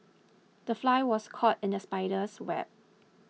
the fly was caught in the spider's web